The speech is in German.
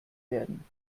werden